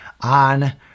on